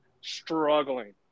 struggling